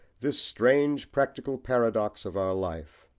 this strange practical paradox of our life,